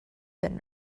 been